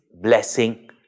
blessing